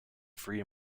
free